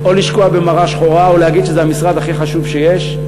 או לשקוע במרה שחורה או להגיד שזה המשרד הכי חשוב שיש,